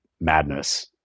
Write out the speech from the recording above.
madness